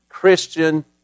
Christian